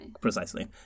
Precisely